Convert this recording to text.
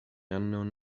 unknown